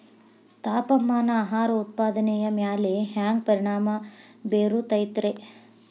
ತಾಪಮಾನ ಆಹಾರ ಉತ್ಪಾದನೆಯ ಮ್ಯಾಲೆ ಹ್ಯಾಂಗ ಪರಿಣಾಮ ಬೇರುತೈತ ರೇ?